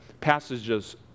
passages